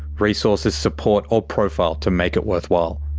resources, support or profile to make it worthwhile.